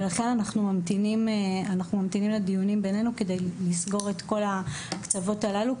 ולכן אנחנו ממתינים לדיונים בינינו כדי לסגור את כל הקצוות הללו.